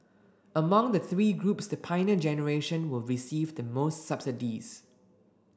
among the three groups the Pioneer Generation will receive the most subsidies